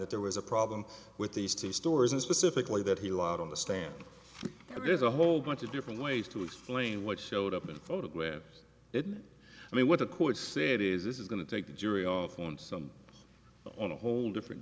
that there was a problem with these two stories and specifically that he lied on the stand and there's a whole bunch of different ways to explain which showed up and photographed it i mean what the court said is this is going to take the jury off on some on a whole different